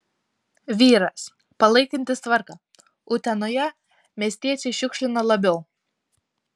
vyras palaikantis tvarką utenoje miestiečiai šiukšlina labiau